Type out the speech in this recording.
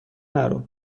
نرو